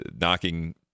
knocking